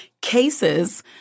cases